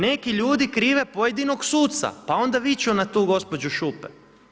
Neki ljudi krive pojedinog suca, pa onda viču na tu gospođu Šupe.